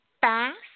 fast